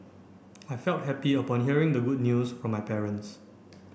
I felt happy upon hearing the good news from my parents